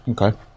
Okay